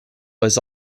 was